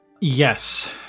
Yes